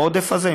בעודף הזה,